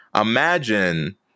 Imagine